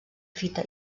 fita